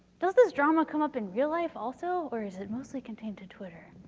does this drama come up in real life also, or is it mostly contained to twitter?